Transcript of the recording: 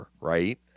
right